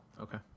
Okay